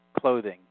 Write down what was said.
clothing